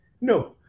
no